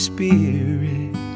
Spirit